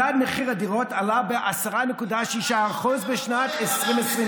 מדד מחיר הדירות עלה ב-10.6% בשנת 2021,